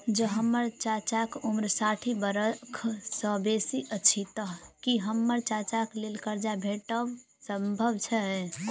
जँ हम्मर चाचाक उम्र साठि बरख सँ बेसी अछि तऽ की हम्मर चाचाक लेल करजा भेटब संभव छै?